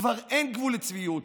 כבר אין גבול לצביעות,